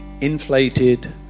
inflated